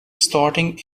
starting